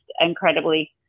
incredibly